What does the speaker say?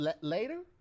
later